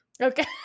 Okay